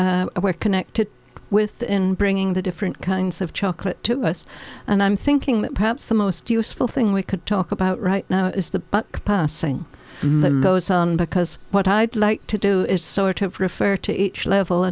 names were connected with in bringing the different kinds of chocolate to us and i'm thinking that perhaps the most useful thing we could talk about right now is the but passing goes on because what i'd like to do is sort of refer to each level